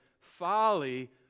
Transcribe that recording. folly